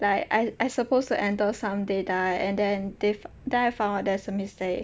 like I I suppose to enter some data and then they f~ then I found out there's a mistake